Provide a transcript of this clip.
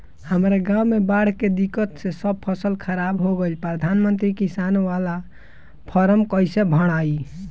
हमरा गांव मे बॉढ़ के दिक्कत से सब फसल खराब हो गईल प्रधानमंत्री किसान बाला फर्म कैसे भड़ाई?